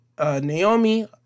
naomi